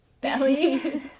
belly